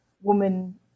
woman